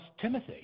Timothy